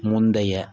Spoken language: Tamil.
முந்தைய